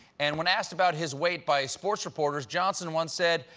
and when asked about his weight by sports reporters, johnson once said,